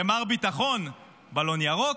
למר ביטחון בלון ירוק,